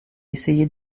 essayer